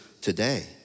today